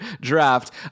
draft